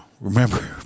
remember